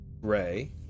Ray